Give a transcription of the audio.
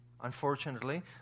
unfortunately